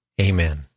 Amen